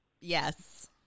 yes